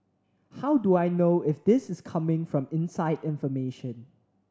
how do I know if this is coming from inside information